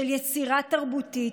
של יצירה תרבותית,